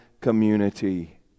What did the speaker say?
community